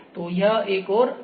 तो यह एक और तरीका है